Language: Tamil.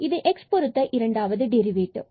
இது x பொருத்த இரண்டாவது டெரிவேட்டிவ்